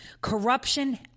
Corruption